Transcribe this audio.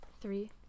Three